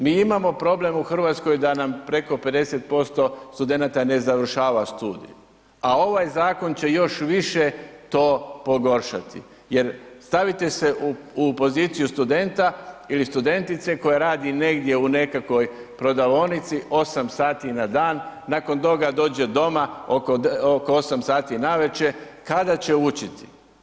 Mi imamo problem u Hrvatskoj da nam preko 50% studenata ne završava studij a ovaj zakon će još više to pogoršati jer stavite se u poziciju studenta ili studentice koja radi negdje u nekakvoj prodavaonici 8 sati na dan, nakon toga dođe doma, oko 8 sati navečer, kada će učiti?